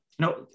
No